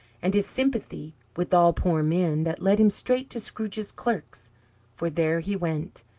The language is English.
and his sympathy with all poor men, that led him straight to scrooge's clerk's for there he went,